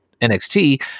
NXT